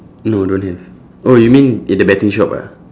no don't have oh you mean in the betting shop ah